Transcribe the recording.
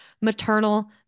maternal